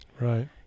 Right